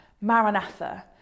Maranatha